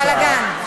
בלגן.